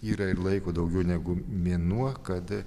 yra ir laiko daugiau negu mėnuo kad